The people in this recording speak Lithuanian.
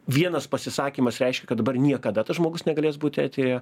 vienas pasisakymas reiškia kad dabar niekada tas žmogus negalės būt eteryje